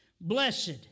Blessed